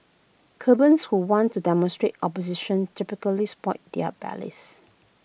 cubans who want to demonstrate opposition typically spoil their ballots